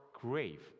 grave